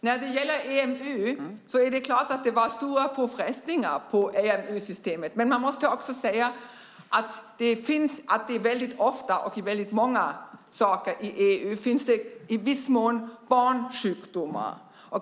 När det gäller EMU är det klart att det har varit stora påfrestningar på EMU-systemet, men man måste också säga att det ofta när det gäller väldigt många saker i EU i viss mån finns barnsjukdomar.